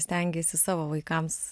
stengiesi savo vaikams